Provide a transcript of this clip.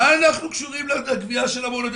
מה אנחנו קשורים לגבייה של המעונות,